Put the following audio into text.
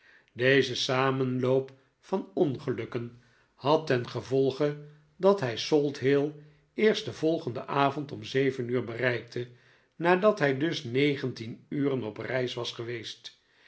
deze samenloop van ongelukken had ten gevolge dat hij salt hill eerst den volgenden avond om zeven uur bereikte nadat hij dus negentien uren op reis was geweest